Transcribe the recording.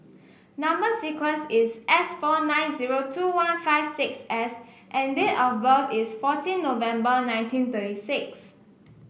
number sequence is S four nine zero two one five six S and date of birth is fourteen November nineteen thirty six